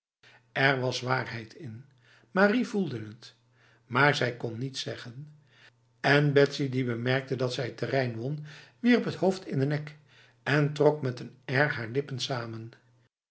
er was waarheid in marie voelde het maar zij kon niets zeggen en betsy die bemerkte dat zij terrein won wierp het hoofd in de nek en trok met n air haar lippen samen